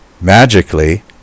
Magically